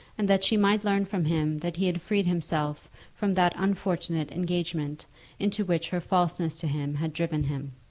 and that she might learn from him that he had freed himself from that unfortunate engagement into which her falseness to him had driven him.